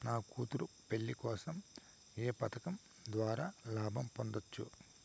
నా కూతురు పెళ్లి కోసం ఏ పథకం ద్వారా లాభం పొందవచ్చు?